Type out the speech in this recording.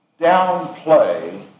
downplay